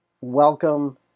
Welcome